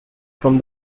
from